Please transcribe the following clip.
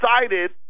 excited